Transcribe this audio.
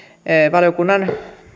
valiokunnan